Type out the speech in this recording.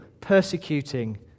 persecuting